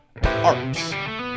Arps